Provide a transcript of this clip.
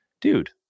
dude